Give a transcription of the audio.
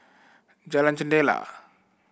Jalan Jendela